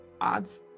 Odds